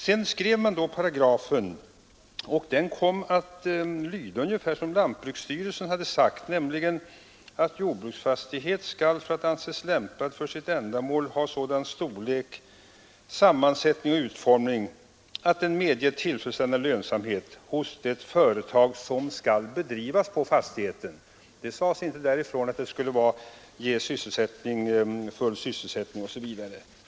Sedan skrevs paragrafen, och den kom att få ungefär den ordalydelse som lantbruksstyrelsen hade föreslagit, nämligen att jordbruksfastighet skall för att anses lämpad för sitt ändamål ha sådan storlek, sammansättning och utformning att den medger tillfredsställande lönsamhet hos det företag som skall bedrivas på fastigheten. Det sägs alltså ingenting om att den skall ge full sysselsättning osv.